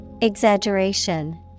Exaggeration